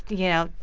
you know,